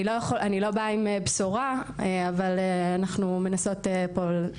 אני לא באה עם בשורה, אבל אנחנו מנסות פה.